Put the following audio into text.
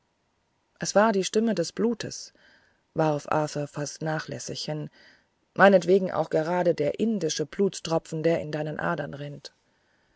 es war die stimme des bluts warf arthur fast nachlässig hin meinetwegen auch gerade der indischen blutstropfen die in deinen adern rinnen